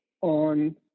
on